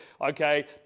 okay